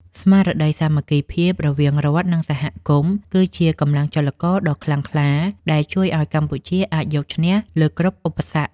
ស្មារតីសាមគ្គីភាពរវាងរដ្ឋ និងសហគមន៍គឺជាកម្លាំងចលករដ៏ខ្លាំងក្លាដែលជួយឱ្យកម្ពុជាអាចយកឈ្នះលើគ្រប់ឧបសគ្គ។